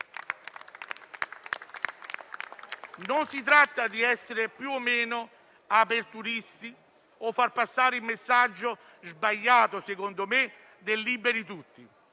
Non si tratta di essere più o meno aperturisti o di far passare il messaggio - sbagliato, secondo me - del liberi tutti;